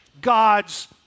God's